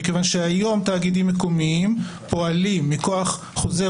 מכיוון שהיום תאגידים מקומיים פועלים מכוח חוזר